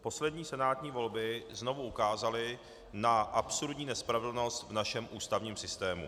Poslední senátní volby znovu ukázaly na absurdní nespravedlnost v našem ústavním systému.